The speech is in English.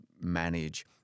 manage